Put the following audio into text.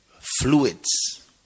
fluids